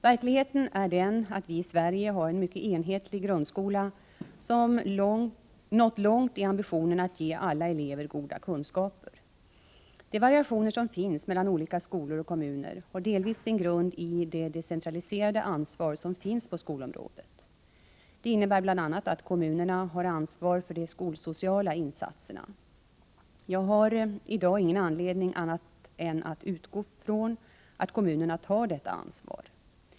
Verkligheten är den att vi i Sverige har en mycket enhetlig grundskola som nått långt i ambitionen att ge alla elever goda kunskaper. De variationer som finns mellan olika skolor och kommuner har delvis sin grund i det decentraliserade ansvar som finns på skolområdet. Det innebär bl.a. att kommunerna har ansvaret för de skolsociala insatserna. Jag har i dag ingen anledning att utgå ifrån annat än att kommunerna tar detta ansvar.